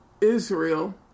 Israel